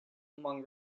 among